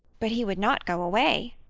but he would not go away.